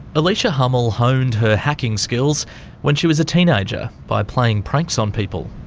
alicia hummel honed her hacking skills when she was a teenager by playing pranks on people.